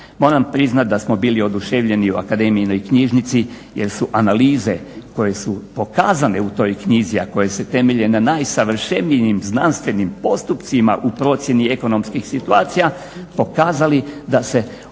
Moram priznat da smo bili oduševljeni u akademijinoj knjižnici jer su analize koje su pokazane u toj knjizi, a koje se temelje na najsavršenijim znanstvenim postupcima u procjeni ekonomskih situacija pokazali da se od 1805.